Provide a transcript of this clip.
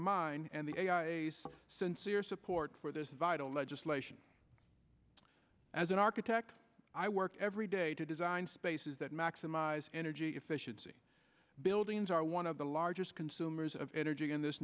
mine and the sincere support for this vital legislation as an architect i work every day to design spaces that maximize energy efficiency buildings are one of the largest consumers of energy in this